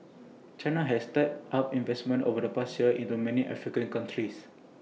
China has stepped up investment over the past years into many African countries